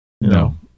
No